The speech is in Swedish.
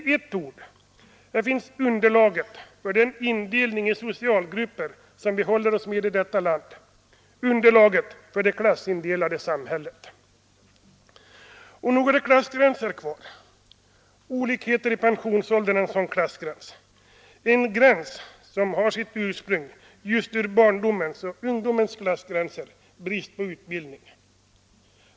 Kort sagt, här finns underlaget för den indelning i socialgrupper som vi håller oss med i vårt land, för det klassindelade samhället. Och nog är det klassgränser kvar. Olikheter i pensionsåldern är en sådan klassgräns, en gräns som har sitt ursprung just i barndomens och ungdomens klassgränser, till vilkas förutsättningar bl.a. hörde brister i utbildningen.